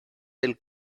del